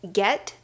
get